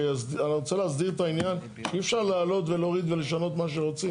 שאני רוצה להסדיר את העניין שאי אפשר לעלות ולהוריד ולשנות מה שרוצים.